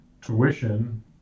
tuition